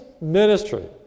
ministry